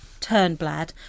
turnblad